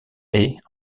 est